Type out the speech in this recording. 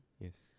Yes